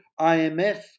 IMF